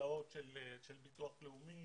גמלאות של ביטוח לאומי